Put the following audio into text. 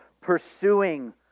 pursuing